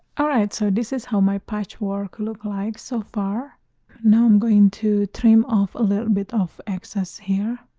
alright so this is how my patchwork look like so far now i'm going to trim off a little bit of excess here.